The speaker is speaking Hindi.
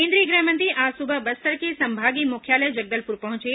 केंद्रीय गृहमंत्री आज सुबह बस्तर के संभागीय मुख्यालय जगदलपुर पहुंचे